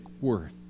worth